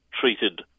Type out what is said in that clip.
treated